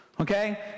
okay